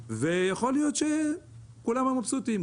ויכול להיות שכולם היו מבסוטים.